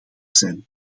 zijn